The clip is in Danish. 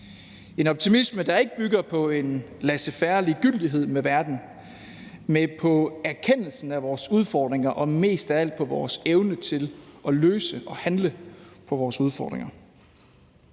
en optimisme, der ikke bygger på en laissez faire-ligegyldighed med verden, men på erkendelsen af vores udfordringer og mest af alt på vores evne til at løse og handle på vores udfordringer.